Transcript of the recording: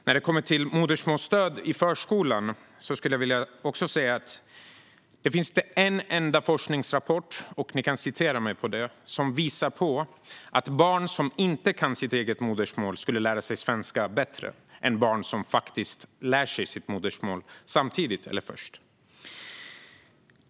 När det gäller modersmålsstöd i förskolan undrar jag om det finns en enda forskningsrapport - ni får gärna citera - som visar att barn som inte kan sitt eget modersmål skulle lära sig svenska bättre än barn som lär sig sitt modersmål samtidigt eller först.